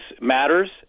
matters